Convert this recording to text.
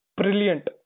brilliant